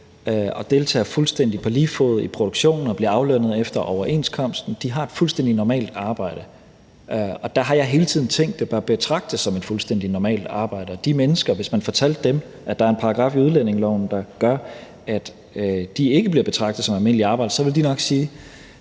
som deltager fuldstændig på lige fod i produktionen og bliver aflønnet efter overenskomsten. De har et fuldstændig normalt arbejde. Og der har jeg hele tiden tænkt, at det bør betragtes som et fuldstændig normalt arbejde. Hvis man fortalte de mennesker, at der er en paragraf i udlændingeloven, der gør, at det ikke bliver betragtet som almindeligt arbejde, så vil de nok sige,